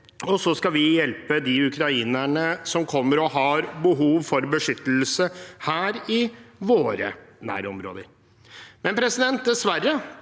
så skal vi hjelpe de ukrainerne som kommer og har behov for beskyttelse her i våre nærområder. Da Høyre fremmet dette